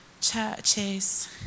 churches